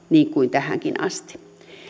niin kuin tähänkin asti